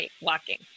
walking